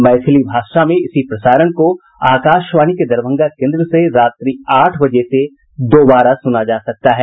मैथिली भाषा में इसी प्रसारण को आकाशवाणी के दरभंगा केन्द्र से रात्रि आठ बजे से दोबारा सुना जा सकता है